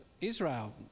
Israel